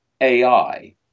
AI